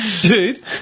Dude